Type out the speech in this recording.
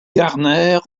garner